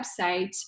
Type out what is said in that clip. website